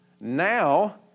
Now